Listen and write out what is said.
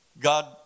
God